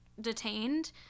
detained